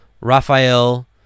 Raphael